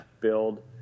build